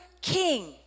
king